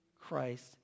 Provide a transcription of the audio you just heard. Christ